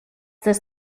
this